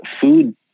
food